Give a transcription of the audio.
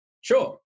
Sure